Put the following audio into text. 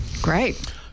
Great